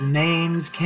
name's